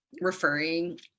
referring